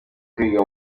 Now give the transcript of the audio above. kwiga